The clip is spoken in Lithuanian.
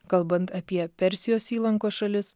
kalbant apie persijos įlankos šalis